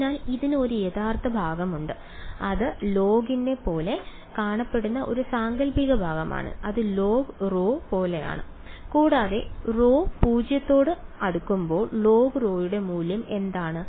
അതിനാൽ ഇതിന് ഒരു യഥാർത്ഥ ഭാഗമുണ്ട് അത് ലോഗിനെ പോലെ കാണപ്പെടുന്ന ഒരു സാങ്കൽപ്പിക ഭാഗമാണ് അത് logρ പോലെയാണ് കൂടാതെ ρ → 0 ആയി logρ യുടെ മൂല്യം എന്താണ്